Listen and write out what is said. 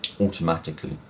automatically